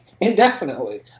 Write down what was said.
indefinitely